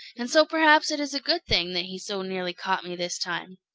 and so perhaps it is a good thing that he so nearly caught me this time.